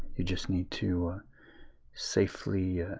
you just need to safely